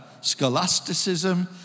scholasticism